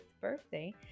birthday